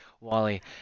Wally